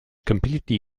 completely